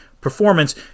performance